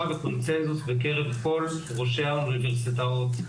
וקונצנזוס בקרב כל ראשי האוניברסיטאות,